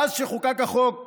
מאז שחוקק החוק,